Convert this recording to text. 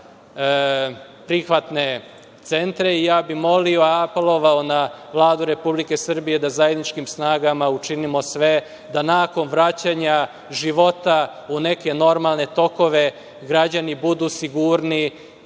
prihvatne centre. Ja bih molio, apelovao na Vladu Republike Srbije da zajedničkim snagama učinimo sve da nakon vraćanja života u neke normalne tokove građani budu sigurni